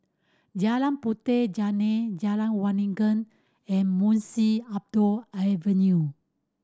Jalan Puteh Jerneh Jalan Waringin and Munshi Abdullah Avenue